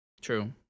True